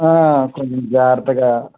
కొంచెం జాగ్రత్తగా